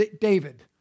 David